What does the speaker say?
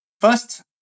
First